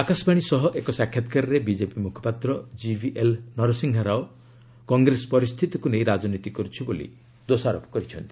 ଆକାଶବାଣୀ ସହ ଏକ ସାକ୍ଷାତକାରରେ ବିଜେପି ମୁଖପାତ୍ର କିଭିଏଲ୍ ନରସିଂହାରାଓ କଂଗ୍ରେସ ପରିସ୍ଥିତିକୁ ନେଇ ରାଜନୀତି କରୁଛି ବୋଲି ଦୋଷାରୋପ କରିଛନ୍ତି